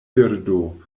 birdo